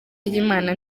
ry’imana